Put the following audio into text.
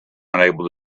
unable